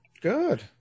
Good